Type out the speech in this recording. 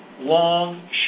long